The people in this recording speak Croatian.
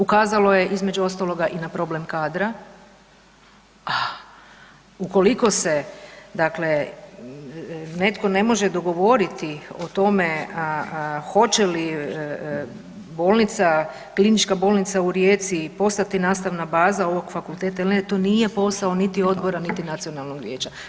Ukazalo je između ostaloga i problem kadra a ukoliko se dakle netko ne može dogovoriti o tome hoće li bolnica, KB u Rijeci postati nastavna baza ovog fakulteta ili ne, to nije posao niti odbora niti nacionalnog vijeća.